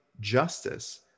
justice